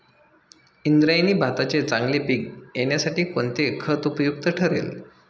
इंद्रायणी भाताचे चांगले पीक येण्यासाठी कोणते खत उपयुक्त ठरेल?